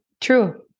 true